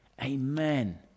amen